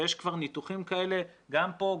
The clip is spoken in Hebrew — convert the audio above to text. ויש כבר ניתוחים כאלה גם פה,